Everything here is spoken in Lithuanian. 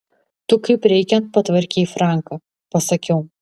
tu kaip reikiant patvarkei franką pasakiau